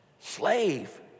Slave